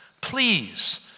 please